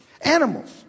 Animals